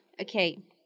okay